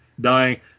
dying